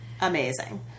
Amazing